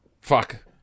Fuck